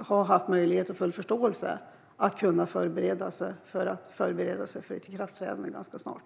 har haft möjlighet och full förståelse för att förbereda sig för ett ikraftträdande ganska snart.